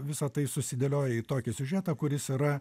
visa tai susidėlioja į tokį siužetą kuris yra